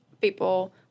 people